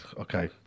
Okay